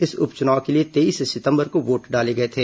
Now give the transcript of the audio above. इस उप चुनाव के लिए तेईस सितंबर को वोट डाले गए थे